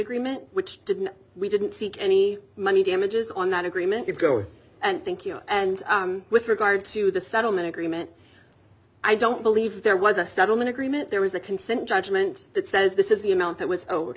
agreement which didn't we didn't seek any money damages on that agreement could go and thank you and with regard to the settlement agreement i don't believe there was a settlement agreement there was a consent judgment that says this is the amount that was o